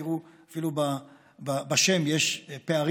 תראו, אפילו בשם יש פערים: